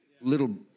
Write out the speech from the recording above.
little